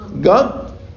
God